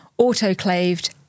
Autoclaved